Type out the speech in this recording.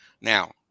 Now